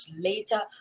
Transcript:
later